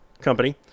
company